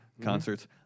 concerts